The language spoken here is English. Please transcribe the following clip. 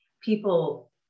people